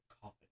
coffin